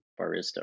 barista